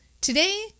Today